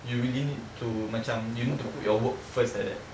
you really need to macam you need to put your work first like that